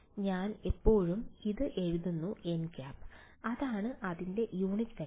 അതിനാൽ ഞാൻ എപ്പോഴും ഇത് എഴുതുന്നു nˆ അതായത് അതിന്റെ യൂണിറ്റ് വെക്റ്റർ